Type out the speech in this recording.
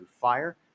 Fire